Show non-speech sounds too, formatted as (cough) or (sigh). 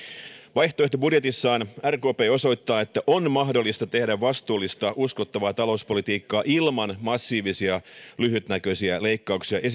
vaihtoehtobudjetissaan rkp osoittaa että on mahdollista tehdä vastuullista uskottavaa talouspolitiikkaa ilman massiivisia lyhytnäköisiä leikkauksia (unintelligible)